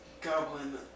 Goblin